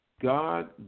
God